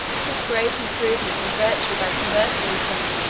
his great improvement in virtue by conversing with them.